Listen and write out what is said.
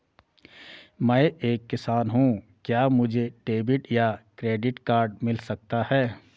मैं एक किसान हूँ क्या मुझे डेबिट या क्रेडिट कार्ड मिल सकता है?